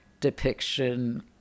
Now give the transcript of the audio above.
depiction